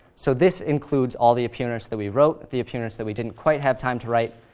so this includes all the appearance that we wrote, the appearance that we didn't quite have time to write,